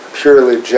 purely